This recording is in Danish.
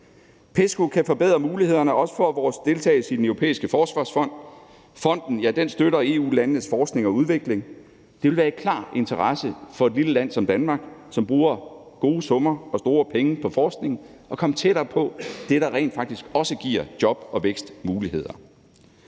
PESCO kan også forbedre mulighederne for vores deltagelse i Den Europæiske Forsvarsfond. Fonden støtter EU-landenes forskning og udvikling, og det vil være i klar interesse for et lille land som Danmark, som bruger gode summer og store penge på forskning, at komme tættere på det, der rent faktisk også giver job- og vækstmuligheder.